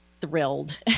thrilled